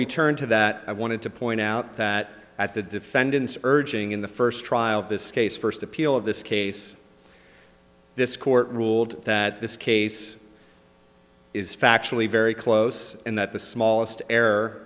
we turn to that i wanted to point out that at the defendant's urging in the first trial this case first appeal of this case this court ruled that this case is factually very close and that the smallest air